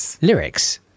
lyrics